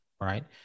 right